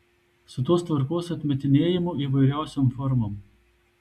su tos tvarkos atmetinėjimu įvairiausiom formom